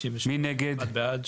הצבעה בעד,